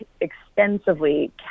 extensively